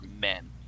men